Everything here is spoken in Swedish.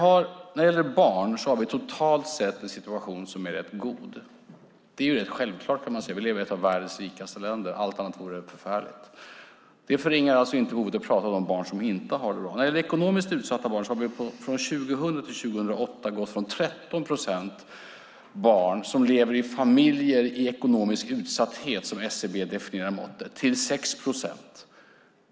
När det gäller barn har vi totalt sett en situation som är rätt god. Det är rätt självklart. Vi lever i ett världens rikaste länder. Allt annat vore förfärligt. Det förringar inte behovet av att prata om de barn som inte har det bra. När det gäller ekonomiskt utsatta barn har vi från 2000 till 2008 gått från 13 procent barn som lever i familjer i ekonomisk utsatthet, som SCB definierar måttet, till 6 procent.